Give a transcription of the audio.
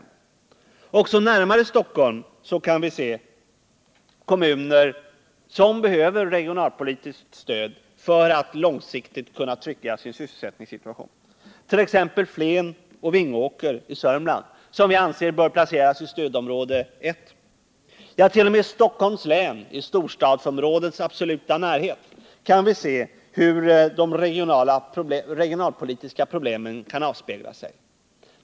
Men också närmare Stockholm har vi kommuner som behöver regionalpolitiskt stöd för att långsiktigt kunna trygga sin sysselsättningssituation, t.ex. Flen och Vingåker i Sörmland som vi anser bör placeras i stödområde 1. Ja, t.o.m. i Stockholms län, i storstadsområdets absoluta närhet, kan vi se hur de regionalpolitiska problemen avspeglar sig.